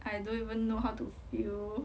I don't even know how to feel